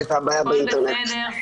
הכול בסדר.